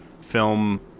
film